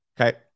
Okay